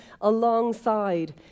alongside